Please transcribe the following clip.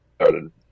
started